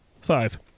Five